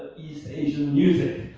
east asian music?